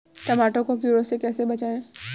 टमाटर को कीड़ों से कैसे बचाएँ?